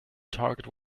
target